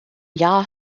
jahr